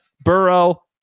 Burrow